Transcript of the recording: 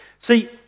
See